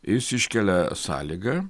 jis iškelia sąlygą